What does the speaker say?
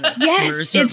Yes